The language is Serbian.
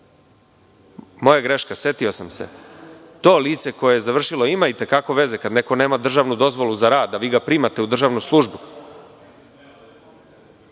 Moja greška, setio sam se, to lice koje je završilo ima i te kako veze. Kada neko nema državnu dozvolu za rad, a vi ga primate u državnu službu,